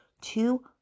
two